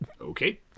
Okay